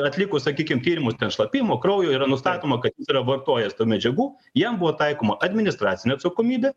atlikus sakykim tyrimus ten šlapimo kraujo yra nustatoma kad yra vartojęs tų medžiagų jam buvo taikoma administracinė atsakomybė